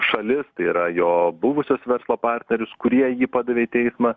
šalis tai yra jo buvusius verslo partnerius kurie jį padavė į teismą